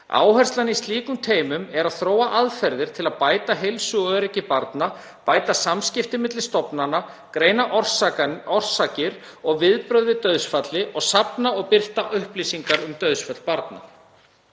Áherslan í slíkum teymum er á að þróa aðferðir til að bæta heilsu og öryggi barna, bæta samskipti milli stofnana, greina orsakir og viðbrögð við dauðsfalli og safna og birta upplýsingar um dauðsföll barna.